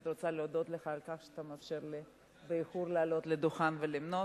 אני רוצה להודות לך על כך שאתה מרשה לי לעלות באיחור לדוכן ולנאום.